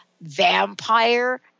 vampire